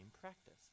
practice